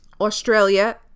Australia